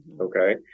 okay